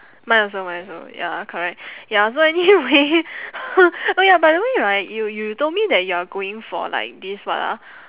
mine also mine also ya correct ya so anyway oh ya by the way right you you told me that you are going for like this what ah